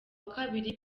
kabiri